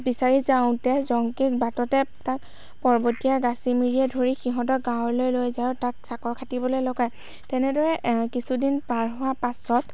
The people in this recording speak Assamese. বিচাৰি যাওঁতে জংকীক বাটতে পৰ্বতীয়া গাচি মিৰিয়ে ধৰি সিহঁতৰ গাঁৱলৈ লৈ যায় আৰু তাক চাকৰ খাটিবলৈ লগায় তেনেদৰে কিছুদিন পাৰ হোৱাৰ পাছত